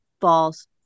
false